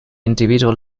individual